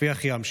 רפיח ים,